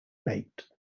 baked